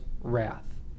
wrath